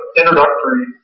introductory